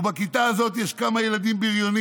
ובכיתה הזו יש כמה ילדים בריונים